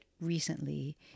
recently